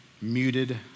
muted